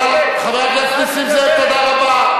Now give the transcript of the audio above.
חבר הכנסת, חבר הכנסת נסים זאב, תודה רבה.